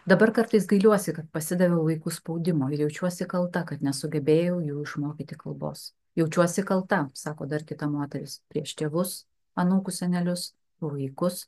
dabar kartais gailiuosi kad pasidaviau vaikų spaudimui ir jaučiuosi kalta kad nesugebėjau jų išmokyti kalbos jaučiuosi kalta sako dar kita moteris prieš tėvus anūkus senelius vaikus